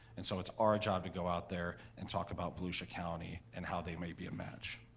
and so it's our job to go out there and talk about volusia county and how they may be a match.